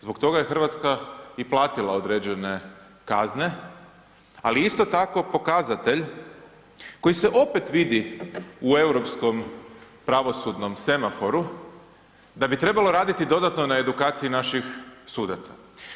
Zbog toga je Hrvatska i platila određene kazne, ali isto tako pokazatelj koji se opet vidi u europskom pravosudnom semaforu da bi trebalo raditi dodatno na edukaciji naših sudaca.